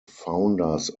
founders